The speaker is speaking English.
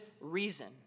reason